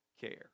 care